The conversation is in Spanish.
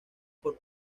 por